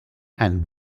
and